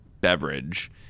beverage